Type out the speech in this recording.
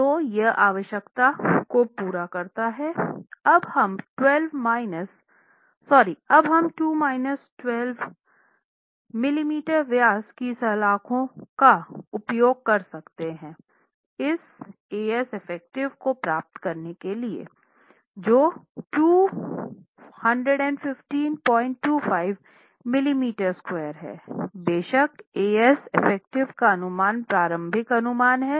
तो यह आवश्यकता को पूरा करता है अब हम 2 12 मिमी व्यास की सलाख़ों का उपयोग कर सकते हैं इस eff को प्राप्त करने के लिए है जो 21525 मिमी 2 हैं बेशकeff का अनुमान प्रारंभिक अनुमान था